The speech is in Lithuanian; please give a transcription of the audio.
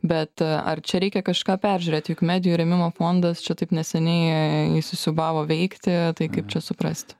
bet ar čia reikia kažką peržiūrėt juk medijų rėmimo fondas čia taip neseniai įsisiūbavo veikti tai kaip čia suprasti